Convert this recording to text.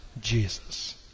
Jesus